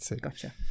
Gotcha